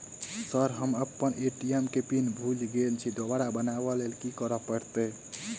Sir हम अप्पन ATM केँ पिन भूल गेल छी दोबारा बनाब लैल की करऽ परतै?